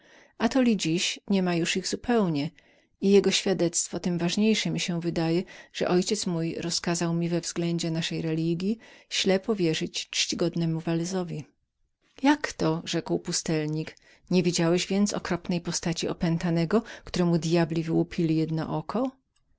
atoli dziś niema już ich zupełnie i jego świadectwo tem ważniejszem mi się wydaje że ojciec mój rozkazał mi we względzie naszej religji ślepo wierzyć czcigodnemu velezowi jako rzekł pustelnik nie widziałeś więc okropnej postaci opętanego któremu djabli wyłupili jedno oko